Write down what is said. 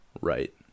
right